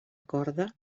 corda